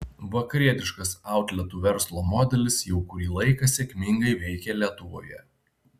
vakarietiškas outletų verslo modelis jau kurį laiką sėkmingai veikia lietuvoje